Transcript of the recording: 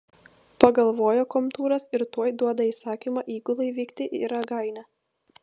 pagalvoja komtūras ir tuoj duoda įsakymą įgulai vykti į ragainę